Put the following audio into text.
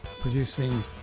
producing